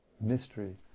mystery